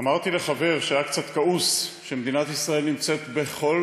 אמרתי לחבר שהיה קצת כעוס שמדינת ישראל נמצאת בכל